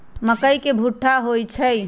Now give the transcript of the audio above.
मकई के भुट्टा होई छई